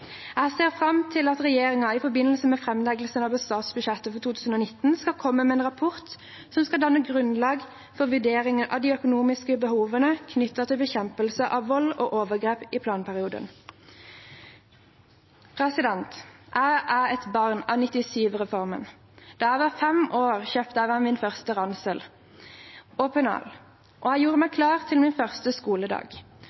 Jeg ser fram til at regjeringen, i forbindelse med framleggelsen av statsbudsjettet for 2019, skal komme med en rapport som skal danne grunnlaget for vurderingen av de økonomiske behovene knyttet til bekjempelse av vold og overgrep i planperioden. Jeg er et barn av Reform 97. Da jeg var 5 år, kjøpte jeg min første ransel og mitt første pennal, og jeg gjorde meg